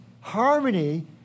harmony